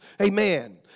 Amen